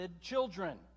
children